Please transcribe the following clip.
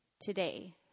Today